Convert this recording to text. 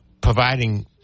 providing